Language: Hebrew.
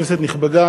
כנסת נכבדה,